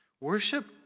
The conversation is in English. Worship